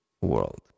world